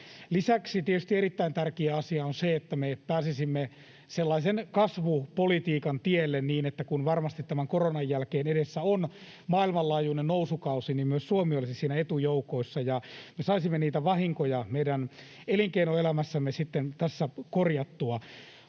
Lisäksi tietysti erittäin tärkeä asia on se, että me pääsisimme sellaisen kasvupolitiikan tielle, niin että kun varmasti tämän koronan jälkeen edessä on maailmanlaajuinen nousukausi, niin myös Suomi olisi siinä etujoukoissa ja me saisimme niitä vahinkoja meidän elinkeinoelämässämme sitten tässä korjattua.